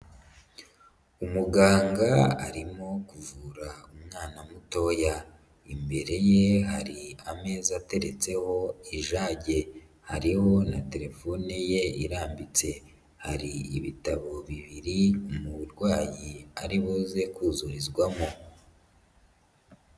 Umuganga arimo kuvura umwana mutoya. Imbere ye hari ameza ateretseho ijage. Hariho na telefone ye irambitse. Hari ibitabo bibiri umurwayi aribuze kuzurizwamo.